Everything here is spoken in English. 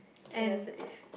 okay that's a diff